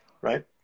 Right